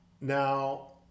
Now